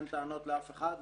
אין טענות לאף אחד,